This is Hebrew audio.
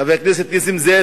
חבר הכנסת נסים זאב,